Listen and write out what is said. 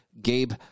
Gabe